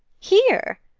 here?